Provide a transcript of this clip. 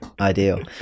Ideal